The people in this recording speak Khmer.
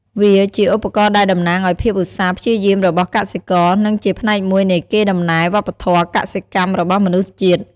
វាជាឧបករណ៍ដែលតំណាងឱ្យភាពឧស្សាហ៍ព្យាយាមរបស់កសិករ និងជាផ្នែកមួយនៃកេរដំណែលវប្បធម៌កសិកម្មរបស់មនុស្សជាតិ។